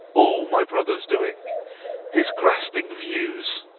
all, my brother's doings his grasping views